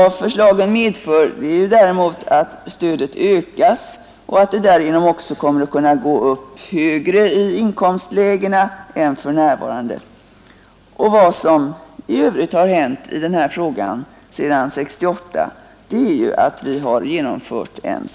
Däremot innebär förslagen att stödet ökas, varigenom det också kommer att kunna utgå högre upp i inkomstlägena än för närvarande. I övrigt har sedan 1968 en skattereform genomförts.